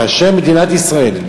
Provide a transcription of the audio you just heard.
כאשר מדינת ישראל,